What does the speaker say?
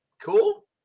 Cool